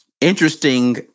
Interesting